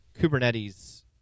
Kubernetes